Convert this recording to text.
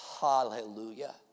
hallelujah